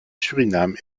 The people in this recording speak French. suriname